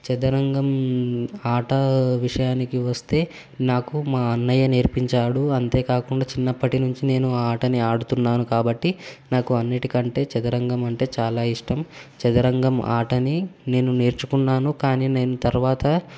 చదరంగం ఆట విషయానికి వస్తే నాకు మా అన్నయ్య నేర్పించాడు అంతే కాకుండా చిన్నప్పటి నుంచి నేను ఆ ఆటని ఆడుతున్నాను కాబట్టి నాకు అన్నిటికంటే చదరంగం అంటే చాలా ఇష్టం చదరంగం ఆటని నేను నేర్చుకున్నాను కానీ నేను తర్వాత